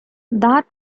that